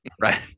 right